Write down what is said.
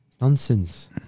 Nonsense